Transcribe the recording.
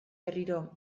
berriro